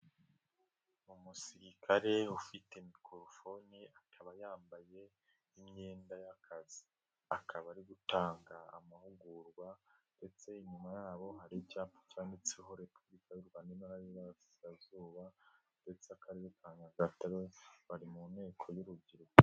Umusirikare ufite mikorofoni akaba yambaye imyenda y'akazi akaba ari gutanga amahugurwa, ndetse inyuma yaho hari icyapa cyanditseho Repubulika y'u Rwanda, Intara y'Iburasirazuba Akarere ka Nyagatare bari mu nteko y'urubyiruko.